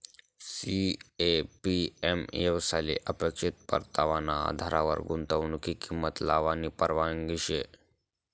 CAPM येवसायले अपेक्षित परतावाना आधारवर गुंतवनुकनी किंमत लावानी परवानगी शे